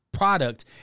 product